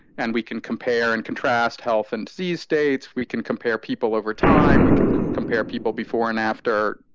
and we can compare and contrast health and see states. we can compare people over time. we can compare people before and after,